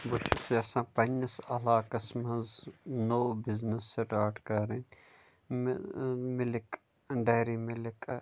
بہٕ چھُس یَژھان پننِس عَلاقَس منٛز نوٚو بِزنیٚس سِٹارٹ کَرٕنۍ مِل ٲں مِلِک ڈیری مِلِک ٲں